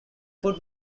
food